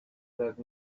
that